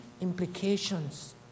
implications